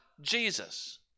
Jesus